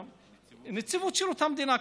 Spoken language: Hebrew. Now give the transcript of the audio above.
נציבות שירות המדינה.